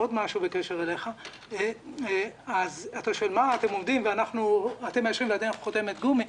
אתה שואל: אתם מאשרים ואנחנו חותמת גומי.